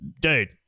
Dude